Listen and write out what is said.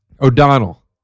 O'Donnell